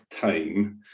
time